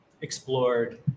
explored